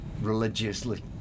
religiously